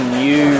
new